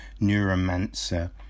neuromancer